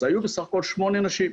אז היו בסך הכול שמונה נשים,